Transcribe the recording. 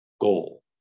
goal